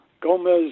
Gomez